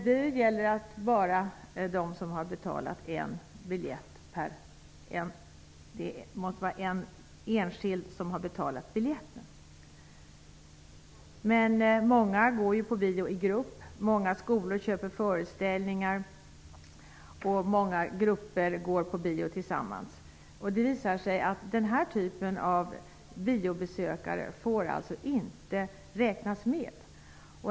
Det måste vara en enskild person som har betalat biljetten. Men många går på bio i grupp, och många skolor köper föreställningar. Det visar sig att den typen av biobesökare alltså inte får räknas med.